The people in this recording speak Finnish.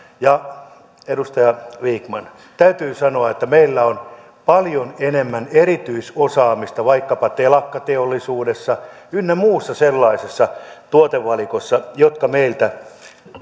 edustaja vikman täytyy sanoa että meillä on paljon enemmän erityisosaamista vaikkapa telakkateollisuudessa ynnä muussa sellaisessa tuotevalikossa jotka meiltä